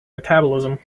metabolism